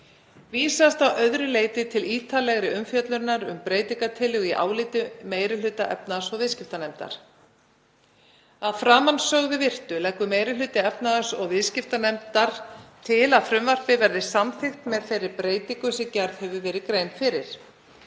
Vísast að öðru leyti til ítarlegri umfjöllunar um breytingartillögu í áliti meiri hluta efnahags- og viðskiptanefndar. Að framansögðu virtu leggur meiri hluti efnahags- og viðskiptanefndar til að frumvarpið verði samþykkt með þeirri breytingu sem gerð hefur verið grein fyrir.